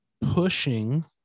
pushing